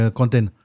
content